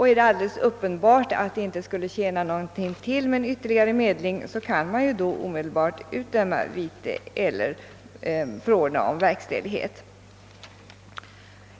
Är det alldeles uppenbart att det inte skulle tjäna något till med en ytterligare medling, kan man ju omedelbart förordna om verkställighet.